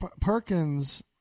Perkins